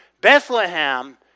Bethlehem